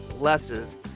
Blesses